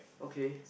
okay